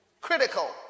Critical